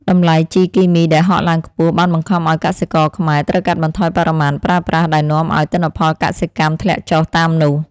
តម្លៃជីគីមីដែលហក់ឡើងខ្ពស់បានបង្ខំឱ្យកសិករខ្មែរត្រូវកាត់បន្ថយបរិមាណប្រើប្រាស់ដែលនាំឱ្យទិន្នផលកសិកម្មធ្លាក់ចុះតាមនោះ។